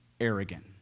arrogant